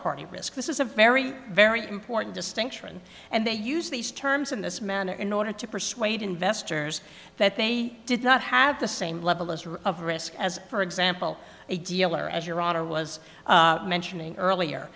party risk this is a very very important distinction and they use these terms in this manner in order to persuade investors that they did not have the same level of risk as for example a deal or as your honor was mentioning earlier